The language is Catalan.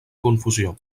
confusió